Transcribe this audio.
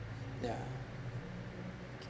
yeah okay